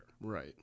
Right